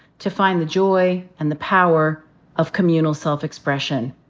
to find the joy and the power of communal self-expression.